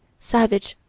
savage,